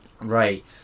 Right